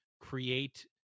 create